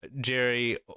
jerry